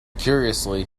curiously